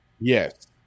yes